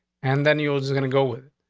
and then you was gonna go with.